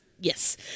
Yes